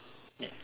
ya